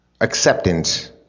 Acceptance